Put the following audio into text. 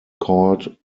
called